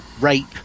rape